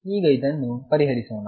ಈಗ ಇದನ್ನು ಪರಿಹರಿಸೋಣ